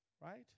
Right